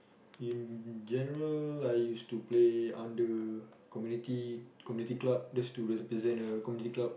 in general I used to play under community community club just to represent a community club